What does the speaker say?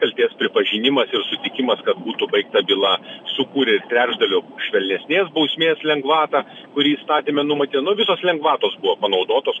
kaltės pripažinimas ir sutikimas kad būtų baigta byla sukūrė ir trečdaliu švelnesnės bausmės lengvatą kuri įstatyme numatyta nu visos lengvatos buvo panaudotos